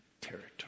territory